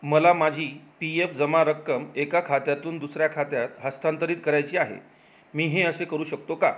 मला माझी P F जमा रक्कम एका खात्यातून दुसऱ्या खात्यात हस्तांतरित करायची आहे मी हे असे करू शकतो का